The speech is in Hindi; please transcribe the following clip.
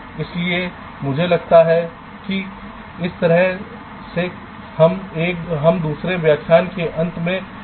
इसलिए मुझे लगता है कि इस तरह से हम इस दूसरे व्याख्यान के अंत में आते हैं